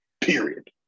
Period